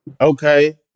Okay